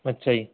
ਅੱਛਾ ਜੀ